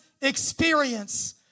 experience